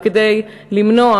וכדי למנוע,